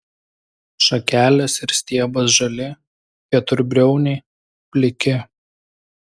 šakelės ir stiebas žali keturbriauniai pliki